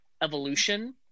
evolution